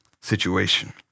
situation